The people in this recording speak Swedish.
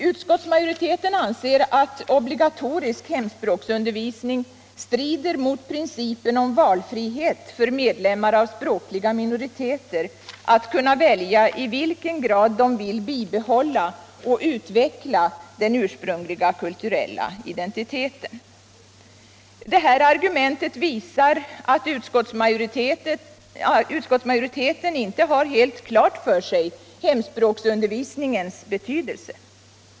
Utskottsmajoriteten anser att obligatorisk hemspråksundervisning strider mot principen om valfrihet för medlemmar av språkliga minoriteter att kunna välja i vilken grad de vill bibehålla och utveckla den ursprungliga kulturella identiteten. Detta argument visar att utskottsmajoriteten inte har helt klart för sig hemspråksundervisningens betydelse.